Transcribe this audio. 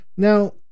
Now